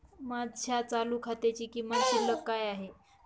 माझ्या चालू खात्याची किमान शिल्लक काय आहे?